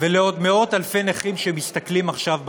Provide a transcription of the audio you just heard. ולעוד מאות אלפי נכים שמסתכלים עכשיו בבית,